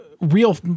real